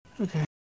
Okay